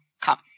come